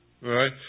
right